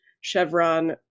Chevron